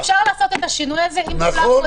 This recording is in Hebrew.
-- אפשר לעשות את השינוי הזה אם כולם רוצים.